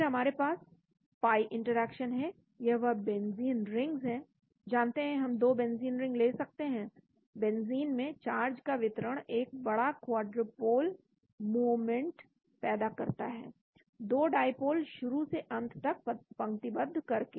फिर हमारे पास पाई इंटरेक्शन है यह वह बेंजीन रिंग्स हैं जानते हैं हम दो बेंजीन रिंग ले सकते हैं बेंजीन में चार्ज का वितरण एक बड़ा क्वाड्रोपूल मोमेंट पैदा करता है दो डाईपोल शुरू से अंत तक पंक्तिबद्ध करके